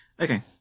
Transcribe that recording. Okay